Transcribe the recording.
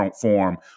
form